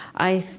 i